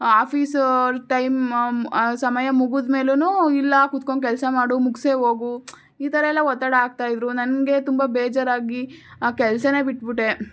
office time ಸಮಯ ಮುಗಿದ ಮೇಲು ಇಲ್ಲ ಕುತ್ಕೊಂಡು ಕೆಲಸ ಮಾಡು ಮುಗ್ಸೇ ಹೋಗು ಈ ಥರ ಎಲ್ಲ ಒತ್ತಡ ಹಾಕ್ತಾ ಇದ್ದರು ನನಗೆ ತುಂಬ ಬೇಜಾರಾಗಿ ಆ ಕೆಲಸನೇ ಬಿಟ್ಬಿಟ್ಟೆ